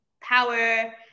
power